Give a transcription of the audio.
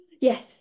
yes